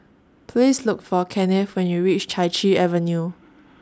Please Look For Kennith when YOU REACH Chai Chee Avenue